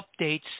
updates